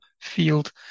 field